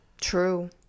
True